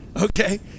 okay